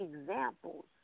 examples